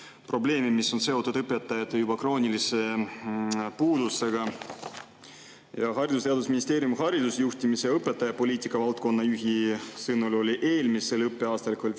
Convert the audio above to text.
probleemi, mis on seotud õpetajate kroonilise puudusega. Haridus‑ ja Teadusministeeriumi haridusjuhtimise ja õpetajapoliitika valdkonna juhi sõnul oli eelmisel õppeaastal